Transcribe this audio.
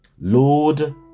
Lord